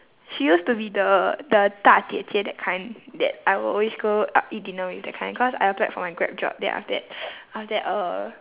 she used to be the the 大姐姐 that kind that I will always go uh eat dinner with that kind cause I applied for my grab job then after that after that uh